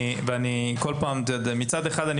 מצד אחד,